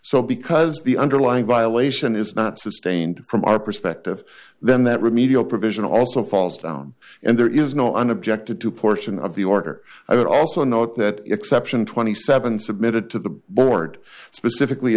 so because the underlying violation is not sustained from our perspective then that remedial provision also falls down and there is no on objected to portion of the order i would also note that exception twenty seven submitted to the board specifically